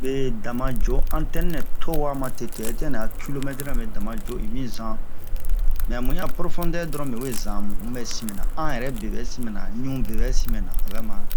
me dama djo antɛn nɛ towa ma tete hɛtina ni a kilomɛtrira mɛ dama djo un'mi zan mɛ mu'i ya profondeur dron me we zanmu mu bɛ sin mɛna an yɛrɛ be bɛ sin mɛna ɲu be bɛ sin mɛna obɛ mare